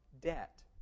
debt